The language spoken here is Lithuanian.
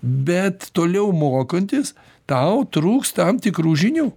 bet toliau mokantis tau trūks tam tikrų žinių